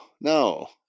no